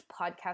podcast